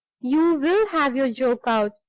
you will have your joke out,